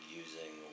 using